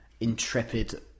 intrepid